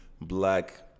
black